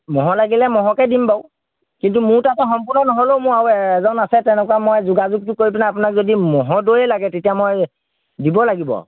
ম'হৰ লাগিলে ম'হকে দিম বাৰু কিন্তু মোৰ তাৰপৰা সম্পূৰ্ণ নহ'লেও মোৰ আৰু এজন আছে তেনেকোৱা মই যোগাযোগটো কৰি পেলাই আপোনাক যদি ম'হ দৈয়ে লাগে তেতিয়া মই দিব লাগিব